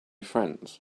friends